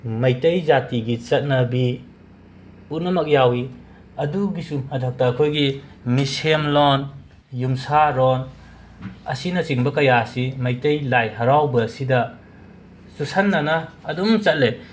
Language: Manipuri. ꯃꯩꯇꯩ ꯖꯥꯇꯤꯒꯤ ꯆꯠꯅꯕꯤ ꯄꯨꯝꯅꯃꯛ ꯌꯥꯎꯋꯤ ꯑꯗꯨꯒꯤꯁꯨ ꯃꯊꯛꯇ ꯑꯩꯈꯣꯏꯒꯤ ꯃꯤꯁꯦꯝꯂꯣꯟ ꯌꯨꯝꯁꯥꯔꯣꯟ ꯑꯁꯤꯅ ꯆꯤꯡꯕ ꯀꯌꯥ ꯑꯁꯤ ꯃꯩꯇꯩ ꯂꯥꯏ ꯍꯔꯥꯎꯕ ꯑꯁꯤꯗ ꯆꯨꯁꯟꯅꯅ ꯑꯗꯨꯝ ꯆꯠꯂꯦ